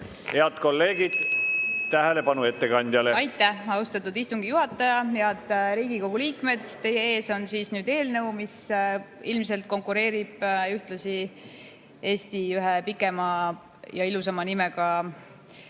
kella.) Tähelepanu ettekandjale! Aitäh, austatud istungi juhataja! Head Riigikogu liikmed! Teie ees on eelnõu, mis ilmselt konkureerib ühtlasi Eesti ühe pikema ja ilusama nimega